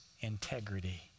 integrity